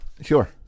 Sure